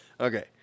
Okay